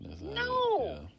No